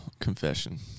confession